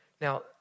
Now